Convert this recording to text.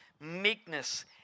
meekness